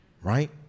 right